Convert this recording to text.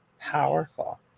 powerful